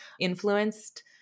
influenced